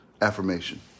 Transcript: affirmation